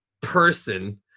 person